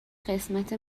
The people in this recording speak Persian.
قسمت